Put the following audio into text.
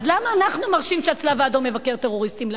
אז למה אנחנו מרשים שהצלב-האדום יבקר טרוריסטים?